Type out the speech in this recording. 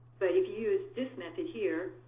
but if you use this method here,